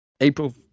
April